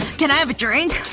can i have a drink?